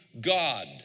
God